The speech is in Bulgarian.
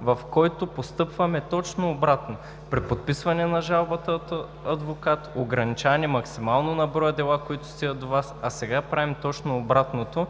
в който постъпваме точно обратното – приподписване на жалбата от адвокат, ограничаване максимално на броя дела, които стоят, до ВАС. Сега правим точно обратното,